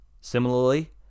Similarly